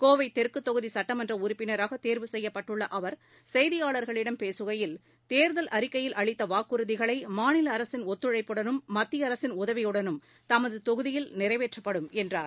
கோவை தெற்கு தொகுதி சுட்டமன்ற உறுப்பினராக தேர்வு செய்யப்பட்டுள்ள அவர் செய்தியாளாகளிடம் பேசுகையில் தேர்தல் அறிக்கையில் அளித்த வாக்குறுதிகளை மாநில அரசின் ஒத்துழைப்புடனும் மத்திய அரசின் உதவியுடனும் தமது தொகுதியில் நிறைவேற்றப்படும் என்றார்